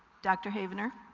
dr. havener.